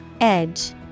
Edge